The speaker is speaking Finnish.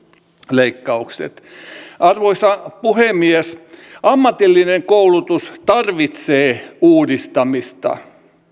leikkaukset arvoisa puhemies ammatillinen koulutus tarvitsee uudistamista